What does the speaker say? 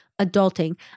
ADULTING